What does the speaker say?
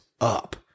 up